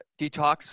Detox